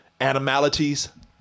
animalities